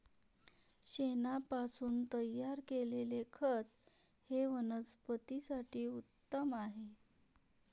शेणापासून तयार केलेले खत हे वनस्पतीं साठी उत्तम आहे